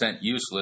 useless